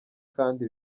kandi